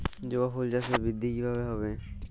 জবা ফুল চাষে বৃদ্ধি কিভাবে হবে?